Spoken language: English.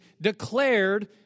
declared